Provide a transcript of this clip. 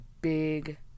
big